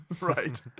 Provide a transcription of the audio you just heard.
Right